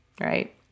right